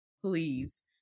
please